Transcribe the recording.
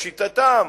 לשיטתם,